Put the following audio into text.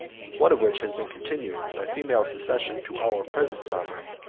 one of which has been continued, by female succession, to our present sovereign,